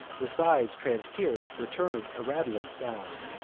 the sides, transpierc'd, return a rattling sound,